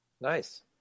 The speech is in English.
Nice